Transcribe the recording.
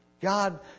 God